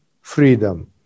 freedom